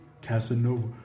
Casanova